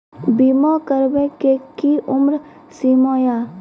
बीमा करबे के कि उम्र सीमा या?